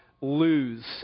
lose